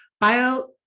bio